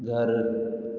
घरु